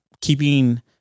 keeping